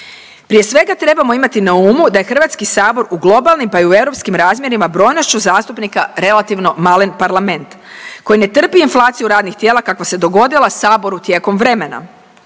Prije svega trebamo imati na umu da je HS u globalnim pa i u europskim razmjerima brojnošću zastupnika relativno malen parlament koji ne trpi inflaciju tijela kakva se dogodila Saboru tijekom vremena.